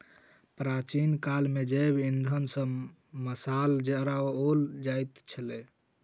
प्राचीन काल मे जैव इंधन सॅ मशाल जराओल जाइत छलै